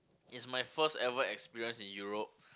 is my first ever experience in Europe